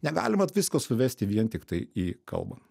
negalima visko suvesti vien tiktai į kalbą